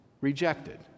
rejected